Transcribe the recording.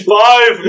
five